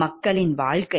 மக்களின் வாழ்க்கை